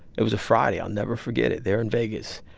it was a friday. i'll never forget it. there in vegas,